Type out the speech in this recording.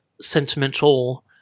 sentimental